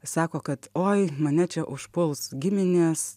sako kad oi mane čia užpuls giminės